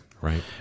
right